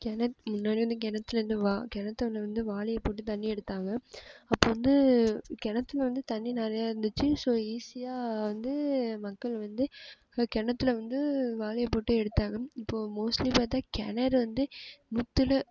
கிணத் முன்னாடி வந்து கிணத்துலேந்து வா கிணத்து உள்ளே வந்து வாலியை போட்டு தண்ணி எடுத்தாங்க அப்போ வந்து கிணத்துல வந்து தண்ணி நிறையா இருந்துச்சு ஸோ ஈஸியாக வந்து மக்கள் வந்து கிணத்துல வந்து வாலியை போட்டு எடுத்தாங்க இப்போது மோஸ்ட்லி பார்த்தா கிணறு வந்து நூற்றுல